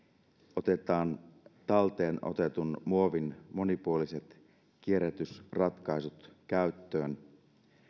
otetaan talteen otetun muovin monipuoliset kierrätysratkaisut käyttöön